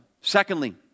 Secondly